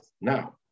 Now